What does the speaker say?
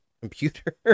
computer